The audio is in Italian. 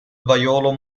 vaiolo